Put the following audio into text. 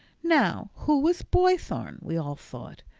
now who was boythorn, we all thought.